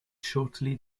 shortly